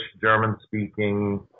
German-speaking